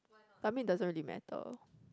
I mean doesn't really matter